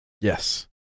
yes